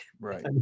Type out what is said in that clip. right